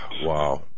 Wow